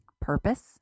purpose